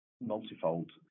multifold